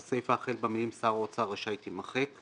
והסיפה החל במילים "שר האוצר רשאי" תימחק,